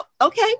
Okay